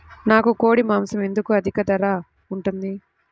నాకు కోడి మాసం ఎందుకు అధిక ధర ఉంటుంది?